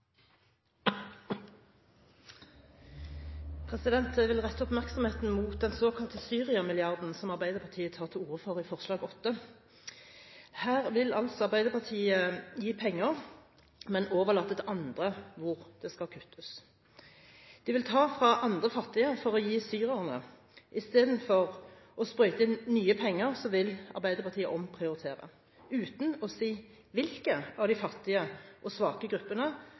Jeg vil rette oppmerksomheten mot den såkalte Syria-milliarden som Arbeiderpartiet tar til orde for i forslag nr. 8. Her vil Arbeiderpartiet gi penger, men overlate til andre å avgjøre hvor det skal kuttes. De vil ta fra andre fattige for å gi til syrerne. Istedenfor å sprøyte inn nye penger, vil Arbeiderpartiet omprioritere, uten å si hvilke av de fattige og svake gruppene